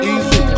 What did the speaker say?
Easy